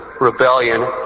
rebellion